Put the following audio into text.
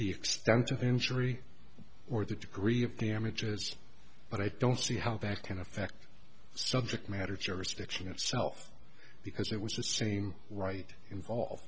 the extent of injury or the degree of damages but i don't see how that can affect subject matter jurisdiction itself because it was the same right involve